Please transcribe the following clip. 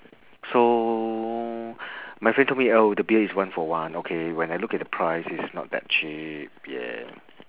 so my friend told me oh the beer is one for one okay when I look at the price it's not that cheap yeah